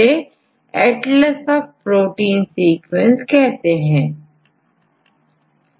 इसके पश्चात जार्जटाउन यूनिवर्सिटीमें प्रोटीन इनफॉरमेशन रिसोर्स डेवलप्ड किया गया जिसेPIR कहते हैं